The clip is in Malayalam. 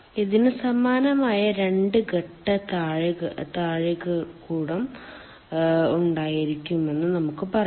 ഇതിന് സമാനമായ രണ്ട് ഘട്ട താഴികക്കുടം ഉണ്ടായിരിക്കുമെന്ന് നമുക്ക് പറയാം